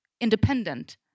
independent